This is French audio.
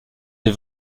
des